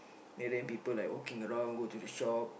and then people like walking around go to the shop